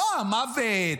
לא המוות,